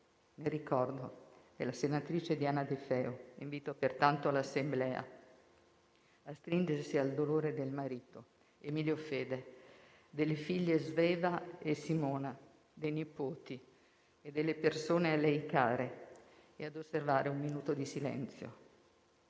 In ricordo della senatrice Diana De Feo, invito pertanto l'Assemblea a stringersi al dolore del marito Emilio Fede, delle figlie Sveva e Simona, dei nipoti e delle persone a lei care e ad osservare un minuto di silenzio.